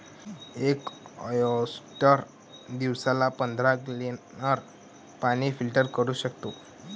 एक ऑयस्टर दिवसाला पंधरा गॅलन पाणी फिल्टर करू शकतो